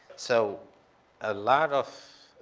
so a lot of.